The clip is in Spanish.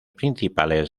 principales